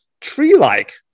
tree-like